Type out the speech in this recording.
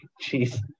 Jesus